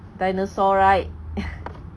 dinosaur right